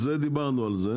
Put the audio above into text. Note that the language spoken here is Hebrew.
דיברנו על זה,